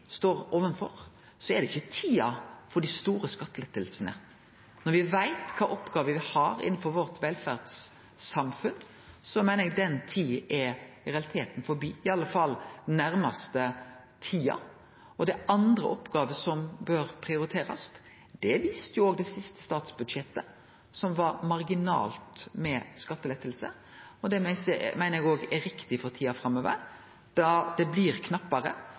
står overfor, at dette ikkje er tida for dei store skattelettane. Når me veit kva oppgåver me har innanfor vårt velferdssamfunn, meiner eg at den tida i realiteten er forbi, i alle fall den nærmaste tida, og at det er andre oppgåver som bør prioriterast. Det viste òg det siste statsbudsjettet, der det var marginalt med skattelettar. Det meiner eg òg er riktig for tida framover, da det blir knappare.